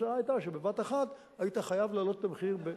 התוצאה היתה שבבת-אחת היית חייב להעלות את המחירים,